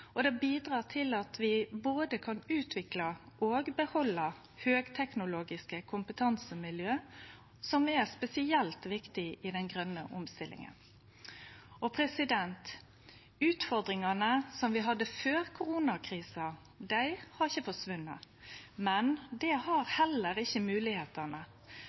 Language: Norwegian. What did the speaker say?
Det bidreg til at vi både kan utvikle og behalde høgteknologiske kompetansemiljø som er spesielt viktige i den grøne omstillinga. Utfordringane vi hadde før koronakrisen, har ikkje forsvunne, men det har heller ikkje